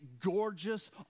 gorgeous